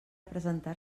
presentar